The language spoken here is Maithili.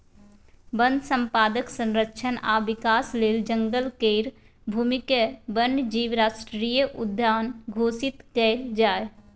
वन संपदाक संरक्षण आ विकास लेल जंगल केर भूमिकेँ वन्य जीव राष्ट्रीय उद्यान घोषित कएल जाए